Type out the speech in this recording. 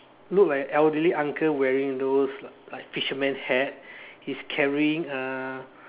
look like a elderly uncle wearing those like fisherman hat he's carrying uh